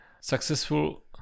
Successful